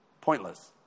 pointless